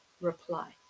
reply